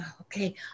okay